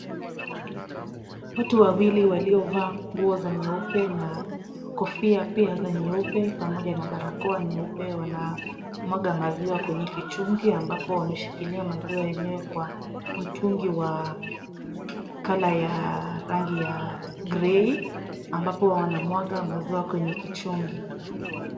Watu wawili waliovaa nguo za nyeupe na kofia pia za nyeupe pamoja na barakoa nyeupe, wanamwaga maziwa kwenye kichungi ambapo wameshikilia maziwa yenyewe kwa mtungi wa color ya rangi ya grey ambapo wanamwaga maziwa kwenye kichungi.